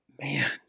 man